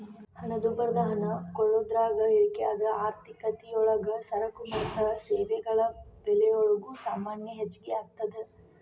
ಹಣದುಬ್ಬರದ ಹಣ ಕೊಳ್ಳೋದ್ರಾಗ ಇಳಿಕೆಯಾದ್ರ ಆರ್ಥಿಕತಿಯೊಳಗ ಸರಕು ಮತ್ತ ಸೇವೆಗಳ ಬೆಲೆಗಲೊಳಗ ಸಾಮಾನ್ಯ ಹೆಚ್ಗಿಯಾಗ್ತದ